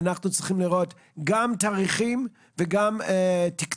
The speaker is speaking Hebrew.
אנחנו צריכים לראות גם תאריכים וגם תקצוב,